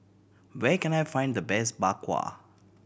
where can I find the best Bak Kwa